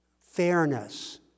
fairness